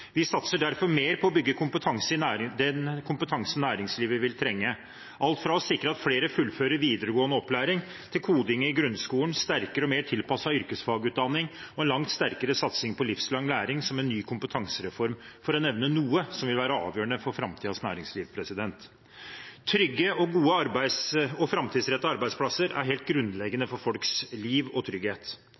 Vi satser derfor mer på å bygge den kompetansen næringslivet vil trenge, alt fra å sikre at flere fullfører videregående opplæring, til koding i grunnskolen, sterkere og mer tilpasset yrkesfagutdanning og en langt sterkere satsing på livslang læring som en ny kompetansereform – for å nevne noe som vil være avgjørende for framtidens næringsliv. Trygge, gode og framtidsrettede arbeidsplasser er helt grunnleggende for folks liv og trygghet.